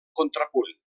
contrapunt